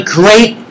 great